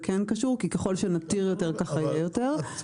זה כן קשור כי ככל שנתיר יותר ככה יהיה יותר.